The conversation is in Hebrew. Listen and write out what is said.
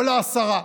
כל העשרה.